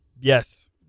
yes